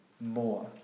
more